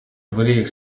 βρει